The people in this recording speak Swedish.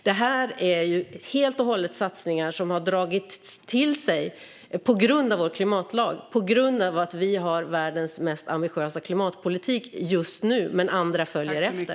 Detta är helt och hållet satsningar som Sverige har dragit till sig på grund av vår klimatlag och på grund av att vi har världens mest ambitiösa klimatpolitik just nu. Och andra följer efter.